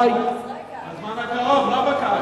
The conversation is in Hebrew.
בזמן הקרוב, לא בקיץ.